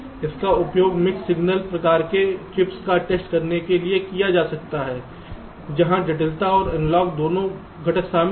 इसका उपयोग mix signal प्रकार के चिप्स का टेस्ट करने के लिए किया जा सकता है जहां डिजिटल और एनालॉग दोनों घटक शामिल हैं